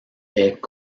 est